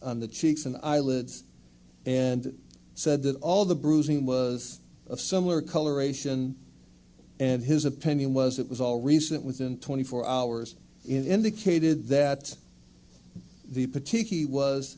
on the cheeks and eyelids and said that all the bruising was of similar coloration and his opinion was it was all recent within twenty four hours indicated that the particular was